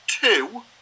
two